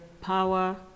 power